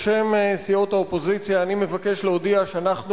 בשם סיעות האופוזיציה אני מבקש להודיע שאנחנו